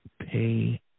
pay